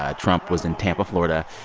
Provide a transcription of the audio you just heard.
ah trump was in tampa, fla. and